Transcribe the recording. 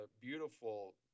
beautiful